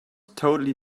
totally